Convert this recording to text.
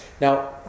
Now